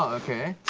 okay.